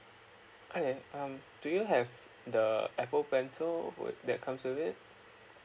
okay um do you have the apple pencil would that comes with it